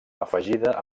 afegida